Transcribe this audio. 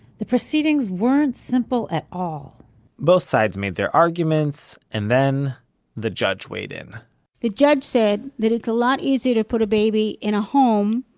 the proceedings weren't simple at all both sides made their arguments, and then the judge weighed in the judge said that it's a lot easier to put a baby in a home,